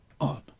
on